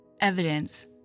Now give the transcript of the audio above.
evidence